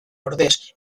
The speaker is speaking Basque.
ordez